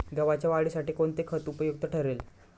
गव्हाच्या वाढीसाठी कोणते खत उपयुक्त ठरेल?